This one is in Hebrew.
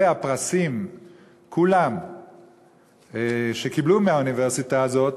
הפרסים כולם שקיבלו מהאוניברסיטה הזאת